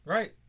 Right